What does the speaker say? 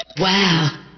Wow